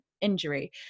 injury